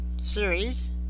series